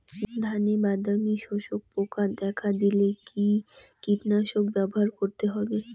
ধানে বাদামি শোষক পোকা দেখা দিলে কি কীটনাশক ব্যবহার করতে হবে?